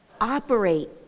operate